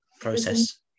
process